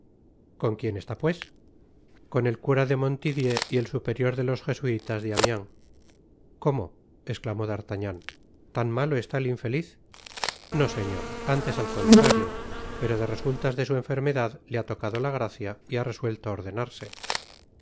con quien está pues con el cura de montdidier y el superior de los jesuitas de amiens como esclamó d'artagnan tan malo está el infetiz no señor antes al contrario pero de resultas de su enfermedad le ha tocado la gracia y ha resuelto ordenarse